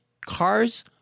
cars